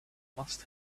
must